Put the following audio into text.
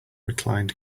reclined